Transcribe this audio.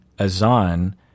Azan